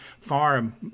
farm